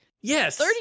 Yes